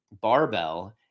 barbell